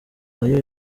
ayo